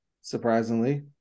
surprisingly